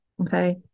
okay